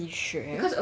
you sure